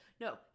no